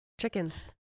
Chickens